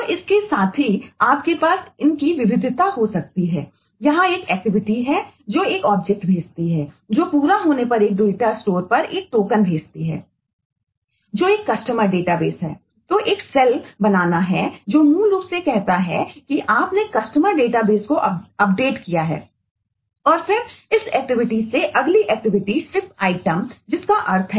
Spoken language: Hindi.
तो इसके साथ ही आपके पास इनकी विविधता हो सकती है यहां एक एक्टिविटी भेजता है